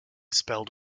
spelled